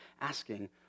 asking